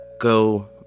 go